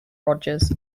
rogers